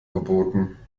verboten